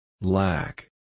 Black